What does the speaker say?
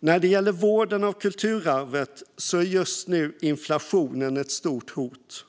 När det gäller vården av kulturarvet är just nu inflationen ett stort hot.